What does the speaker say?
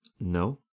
No